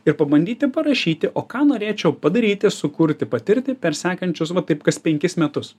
ir pabandyti parašyti o ką norėčiau padaryti sukurti patirti per sekančius va taip kas penkis metus